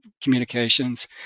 communications